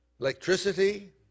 electricity